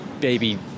baby